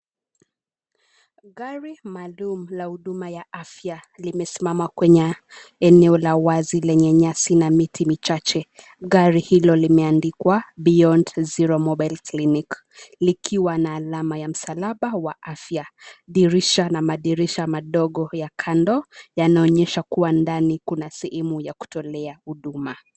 Gari maalum la huduma ya afya limesimama kwenye eneo la wazi lenye nyasi na miti michache. Gari hilo limeandikwa Beyond Zero Mobile clinic likiwa na alama ya msalaba wa afya, dirisha na madirisha madogo ya kando yanaonyesha kuwa ndani kuna sehemu ya kutolea huduma.